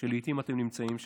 הוא שלעיתים אתם נמצאים שם.